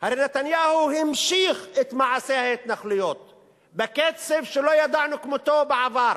הרי נתניהו המשיך את מעשה ההתנחלויות בקצב שלא ידענו כמותו בעבר.